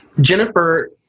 Jennifer